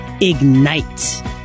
Ignite